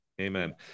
amen